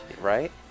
Right